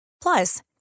Plus